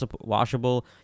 washable